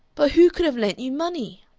but who could have lent you money?